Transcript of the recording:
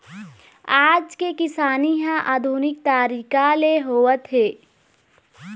आज के किसानी ह आधुनिक तरीका ले होवत हे